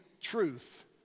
truth